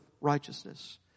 righteousness